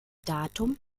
datum